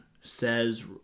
says